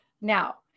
Now